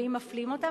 ואם מפלים אותם,